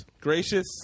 Gracious